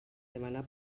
demanar